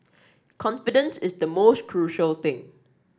confidence is the most crucial thing